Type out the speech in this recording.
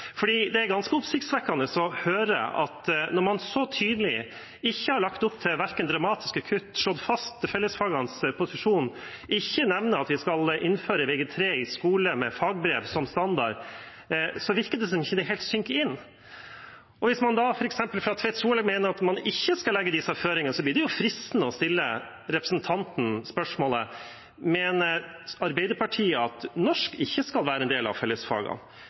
Det er ganske oppsiktsvekkende å høre at man så tydelig ikke har lagt opp til verken dramatiske kutt eller slått fast fellesfagenes posisjon, og ikke nevner at vi skal innføre Vg3 i skole med fagbrev som standard. Da virker det som om det ikke helt synker inn. Hvis man da mener, som f.eks. Tvedt Solberg gjør, at man ikke skal legge disse føringene, blir det fristende å stille representanten spørsmålet: Mener Arbeiderpartiet at norsk ikke skal være en del av fellesfagene?